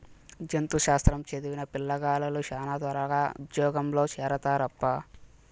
జంతు శాస్త్రం చదివిన పిల్లగాలులు శానా త్వరగా ఉజ్జోగంలో చేరతారప్పా